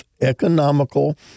economical